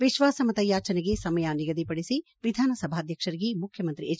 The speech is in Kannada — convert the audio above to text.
ವಿಶ್ವಾಸಮತ ಯಾಜನೆಗೆ ಸಮಯ ನಿಗದಿ ಪಡಿಸಿ ವಿಧಾನಸಭಾಧ್ಯಕ್ಷರಿಗೆ ಮುಖ್ಯಮಂತ್ರಿ ಎಚ್